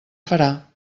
farà